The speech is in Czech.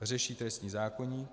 Řeší trestní zákoník.